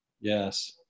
yes